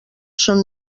son